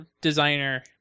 designer